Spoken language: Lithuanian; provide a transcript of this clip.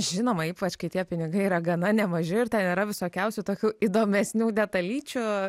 žinoma ypač kai tie pinigai yra gana nemaži ir ten yra visokiausių tokių įdomesnių detalyčių